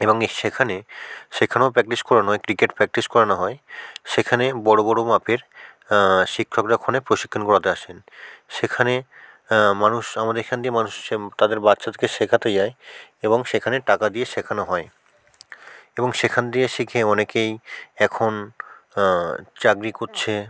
এবং এ সেখানে সেখানেও প্র্যাকটিস করানো হয় ক্রিকেট প্র্যাকটিস করানো হয় সেখানে বড় বড় মাপের শিক্ষকরা ওখানে প্রশিক্ষণ করাতে আসেন সেখানে মানুষ আমাদের এখান দিয়ে মানুষ তাদের বাচ্চাকে শেখাতে যায় এবং সেখানে টাকা দিয়ে শেখানো হয় এবং সেখান দিয়ে শিখে অনেকেই এখন চাকরি করছে